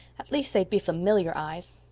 at least, they'd be familiar eyes.